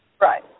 Right